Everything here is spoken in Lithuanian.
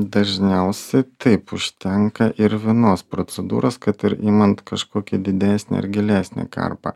dažniausiai taip užtenka ir vienos procedūros kad ir imant kažkokį didesnę ar gilesnę karpą